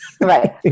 Right